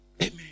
Amen